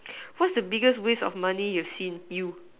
what's the biggest waste of money you've seen you